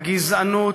הגזענות,